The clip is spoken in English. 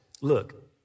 look